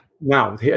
Now